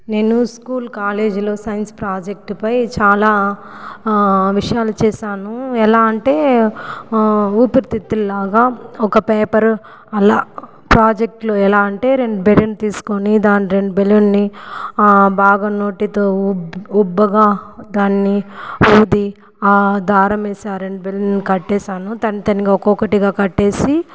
నేను స్కూల్ కాలేజీలో సైన్స్ ప్రాజెక్టుపై చాలా విషయాలు చేశాను ఎలా అంటే ఊపిరితిత్తులు లాగా ఒక పేపరు అలా ప్రాజెక్టులో ఎలా అంటే రెండు బెలూన్ని తీసుకొని దాని రెండు బెలూన్ని బాగా నోటితో ఉబ్బగా దాన్ని ఊది ఆ ధారం వేసి ఆ రెండు బెలూన్ని కట్టేశాను తనితనిగా ఒక్కొక్కటి కట్టేసి